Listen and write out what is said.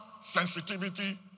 sensitivity